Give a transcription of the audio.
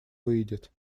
выйдет